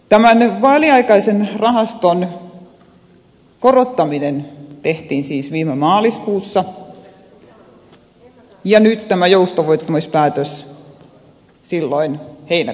tämän väliaikaisen rahaston korottaminen tehtiin siis viime maaliskuussa ja nyt tämä joustavoittamispäätös silloin heinäkuussa